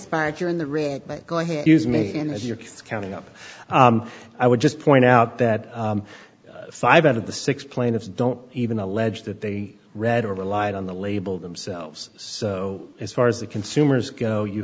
factor in the going to use me as your counting up i would just point out that five out of the six plaintiffs don't even allege that they read or relied on the label themselves so as far as the consumers go you